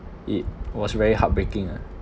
it was very heartbreaking ah